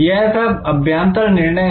यह सब अभ्यांतर निर्णय हैं